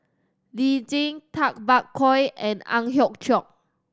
Lee Tjin Tay Bak Koi and Ang Hiong Chiok